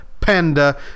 Panda